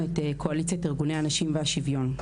את קואליציית ארגוני הנשים והשוויון.